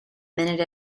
minute